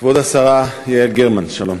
כבוד השרה יעל גרמן, שלום,